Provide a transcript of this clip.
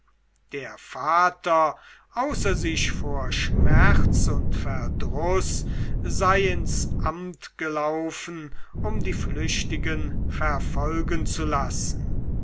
der vater außer sich vor schmerz und verdruß sei ins amt gelaufen um die flüchtigen verfolgen zu lassen